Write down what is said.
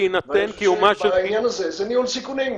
בהינתן קיומה --- ואני חושב שבעניין הזה זה ניהול סיכונים,